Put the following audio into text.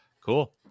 Cool